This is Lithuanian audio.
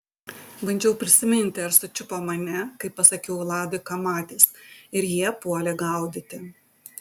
bandžiau prisiminti ar sučiupo mane kai pasakiau vladui ką matęs ir jie puolė gaudyti